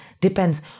depends